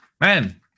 Man